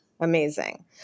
amazing